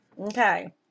Okay